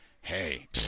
hey